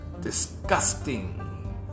disgusting